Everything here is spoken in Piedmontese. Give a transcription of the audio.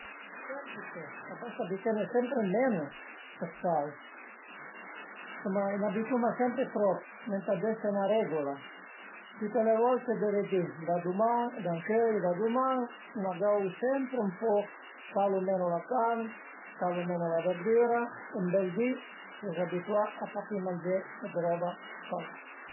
Al e semplice, a basta bütene sempre d'menu dë sal. I suma, n'a bütuma sempre trop, ëntà dese 'na regula. Tüte le volte deve di: da duman, da ëncöi e da duman n'a gavu sempre ën poch, salu menu la carn, salu menu la verdüra e ën bel di s'es abituà a papì mangé d'roba salà